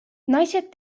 naised